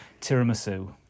tiramisu